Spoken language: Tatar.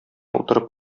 утырып